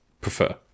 prefer